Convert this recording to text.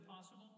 possible